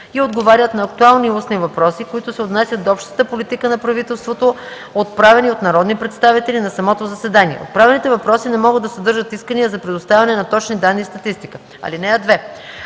и отговарят на актуални устни въпроси, които се отнасят до общата политика на правителството, отправени от народни представители на самото заседание. Отправените въпроси не могат да съдържат искания за предоставяне на точни данни и статистика. (2) Право